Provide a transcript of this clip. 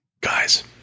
guys